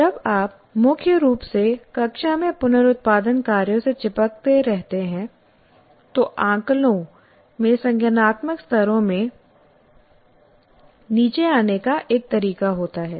जब आप मुख्य रूप से कक्षा में पुनरुत्पादन कार्यों से चिपके रहते हैं तो आकलनों में संज्ञानात्मक स्तरों में नीचे आने का एक तरीका होता है